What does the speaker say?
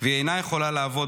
והיא אינה יכולה לעבוד,